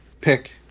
pick